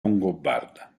longobarda